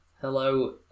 Hello